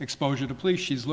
exposure to police she's